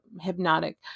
hypnotic